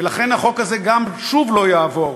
ולכן החוק הזה גם שוב לא יעבור,